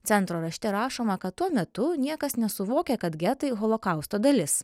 centro rašte rašoma kad tuo metu niekas nesuvokė kad getai holokausto dalis